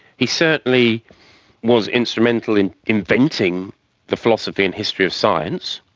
he certainly was instrumental in inventing the philosophy and history of science.